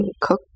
cook